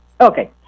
Okay